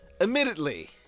Admittedly